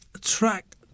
track